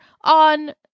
on